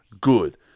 good